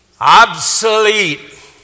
Obsolete